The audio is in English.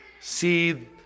see